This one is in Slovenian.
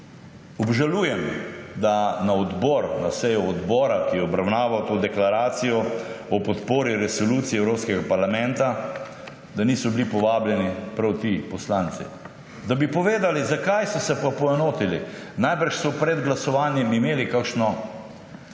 Obžalujem, da na sejo odbora, ki je obravnaval to deklaracijo, o podpori Resoluciji Evropskega parlamenta, niso bili povabljeni prav ti poslanci, da bi povedali, zakaj so se pa poenotili. Najbrž so pred glasovanjem imeli kakšno